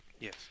Yes